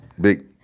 big